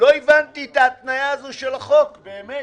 לא הבנתי את התניה הזו של החוק באמת.